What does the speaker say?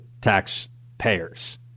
taxpayers